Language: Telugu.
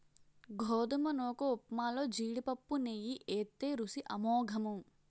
గోధుమ నూకఉప్మాలో జీడిపప్పు నెయ్యి ఏత్తే రుసి అమోఘము